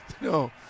no